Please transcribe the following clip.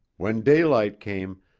when daylight came,